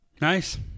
Nice